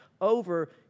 over